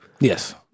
Yes